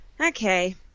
okay